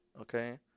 Okay